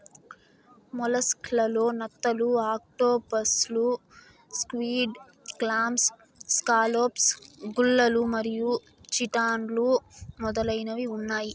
mollusc లలో నత్తలు, ఆక్టోపస్లు, స్క్విడ్, క్లామ్స్, స్కాలోప్స్, గుల్లలు మరియు చిటాన్లు మొదలైనవి ఉన్నాయి